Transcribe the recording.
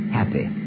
happy